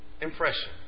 impression